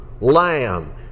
Lamb